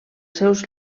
seus